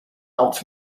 out